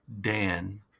Dan